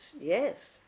yes